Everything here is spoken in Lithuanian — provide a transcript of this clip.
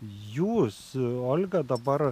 jūs olga dabar